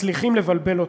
מצליחים לבלבל אותי.